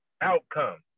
outcome